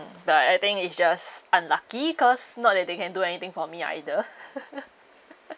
but I think it's just unlucky cause not that they can do anything for me either